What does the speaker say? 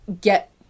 get